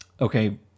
okay